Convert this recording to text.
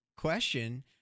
question